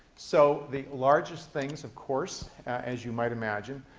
so the largest things, of course, as you might imagine,